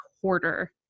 quarter